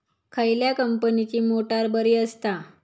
खयल्या कंपनीची मोटार बरी असता?